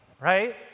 right